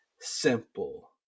simple